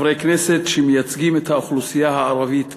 של חברי הכנסת שמייצגים את האוכלוסייה הערבית כאן,